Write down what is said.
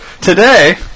today